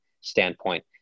standpoint